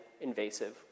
invasive